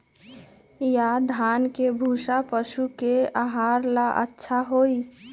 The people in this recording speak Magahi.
या धान के भूसा पशु के आहार ला अच्छा होई?